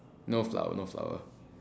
no flower no flower